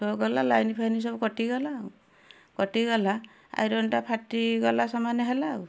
ଠୋ କଲା line fine ସବୁ କଟିଗଲା ଆଉ କଟିଗଲା ଆଇରନଟା ଫାଟିଗଲା ସମାନ ହେଲା ଆଉ